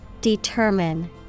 Determine